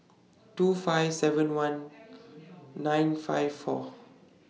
two five seven one nine five four